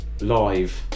live